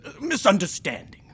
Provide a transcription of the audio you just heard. Misunderstanding